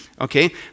okay